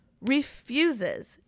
refuses